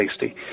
tasty